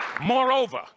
Moreover